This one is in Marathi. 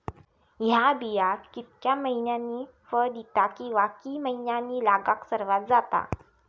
हया बिया कितक्या मैन्यानी फळ दिता कीवा की मैन्यानी लागाक सर्वात जाता?